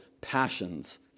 passions